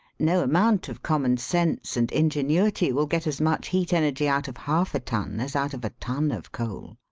no amount of common sense and ingenuity will get as much heat-energy out of half a ton as out of a ton of coal.